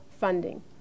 funding